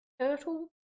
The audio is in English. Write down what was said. turtle